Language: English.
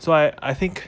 so I I think